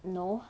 no